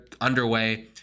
underway